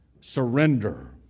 surrender